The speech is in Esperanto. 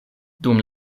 dum